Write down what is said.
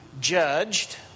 judged